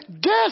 guess